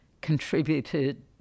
contributed